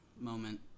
moment